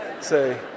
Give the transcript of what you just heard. Say